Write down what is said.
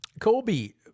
colby